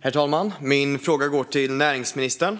Herr talman! Min fråga går till näringsministern.